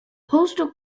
postal